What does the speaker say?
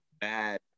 bad